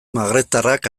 magrebtarrak